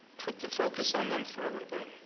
put the focus on them for a little bit.